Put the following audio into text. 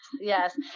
yes